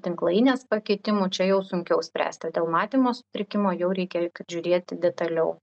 tinklainės pakitimų čia jau sunkiau spręsti dėl matymo sutrikimo jau reikia žiūrėti detaliau